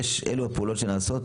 אלו הפעולות שנעשות,